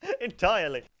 entirely